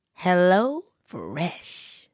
HelloFresh